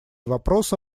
вопросы